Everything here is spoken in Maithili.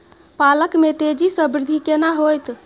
पालक में तेजी स वृद्धि केना होयत?